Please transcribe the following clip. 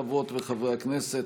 חברות וחברי הכנסת,